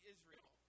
Israel